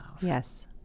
Yes